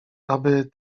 aby